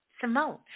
Simone